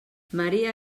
maria